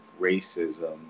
racism